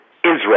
Israel